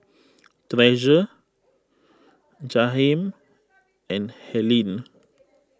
Treasure Jaheim and Helene